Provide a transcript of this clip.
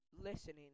listening